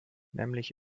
nämlich